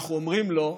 אנחנו אומרים לו: